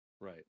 Right